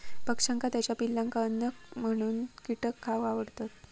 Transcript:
पक्ष्यांका त्याच्या पिलांका अन्न म्हणून कीटक खावक आवडतत